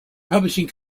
publishing